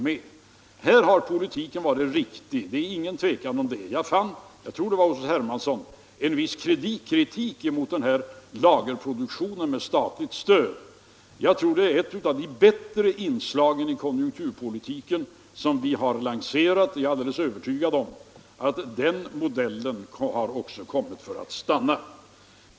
På den här punkten har politiken varit riktig — det är ingen tvekan om det. Jag fann, jag tror det var hos herr Hermansson, en viss kritik mot den här lagerproduktionen med statligt stöd. Jag anser att den är ett av de bättre inslagen i konjunkturpolitiken som vi har lanserat — det är jag alldeles övertygad om. Den modellen har också kommit för att stanna.